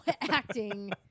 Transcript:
acting